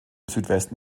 südwesten